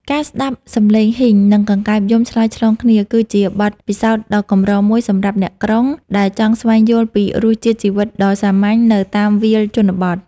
ការស្ដាប់សំឡេងហ៊ីង និងកង្កែបយំឆ្លើយឆ្លងគ្នា គឺជាបទពិសោធន៍ដ៏កម្រមួយសម្រាប់អ្នកក្រុង ដែលចង់ស្វែងយល់ពីរសជាតិជីវិតដ៏សាមញ្ញនៅតាមវាលជនបទ។